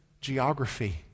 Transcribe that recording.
geography